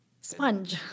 sponge